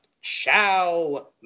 Ciao